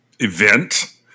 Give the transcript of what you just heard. event